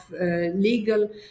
legal